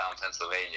Pennsylvania